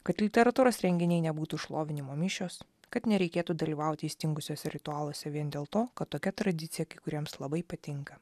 kad literatūros renginiai nebūtų šlovinimo mišios kad nereikėtų dalyvauti įstingusiuose ritualuose vien dėl to kad tokia tradicija kai kuriems labai patinka